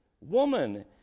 woman